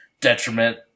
detriment